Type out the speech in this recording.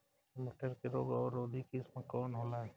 मटर के रोग अवरोधी किस्म कौन होला?